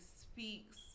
speaks